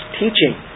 teaching